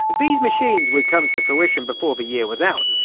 these machines would come to fruition before the year was out,